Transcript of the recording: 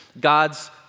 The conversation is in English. God's